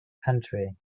county